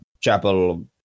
Chapel